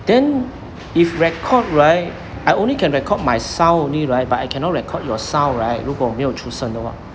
then if record right I only can record my sound only right but I cannot record your sound right 如果没有出声的话